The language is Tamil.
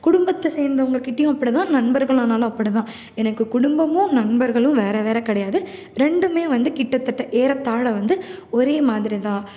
குடும்பத்தை சேர்ந்தவங்கக்கிட்டையும் அப்படிதான் நண்பர்கள் ஆனாலும் அப்படிதான் எனக்கு குடும்பமும் நண்பர்களும் வேறே வேறே கிடையாது ரெண்டுமே வந்து கிட்டத்தட்ட ஏறத்தாழ வந்து ஒரே மாதிரி தான்